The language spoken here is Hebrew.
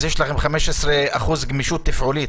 אז יש לך 15% גמישות תפעולית,